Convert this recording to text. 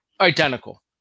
identical